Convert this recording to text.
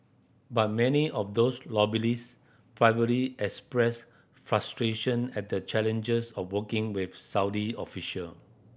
but many of those lobbyist privately express frustration at the challenges of working with Saudi official